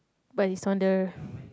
but is on the